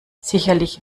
sicherlich